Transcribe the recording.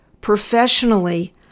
professionally